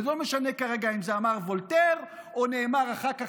ולא משנה כרגע אם וולטר אמר את זה או שזה נאמר אחר כך,